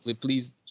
please